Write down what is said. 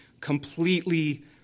completely